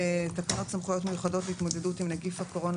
תקנות סמכויות מיוחדות להתמודדות עם נגיף הקורונה